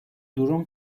durum